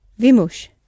Vimush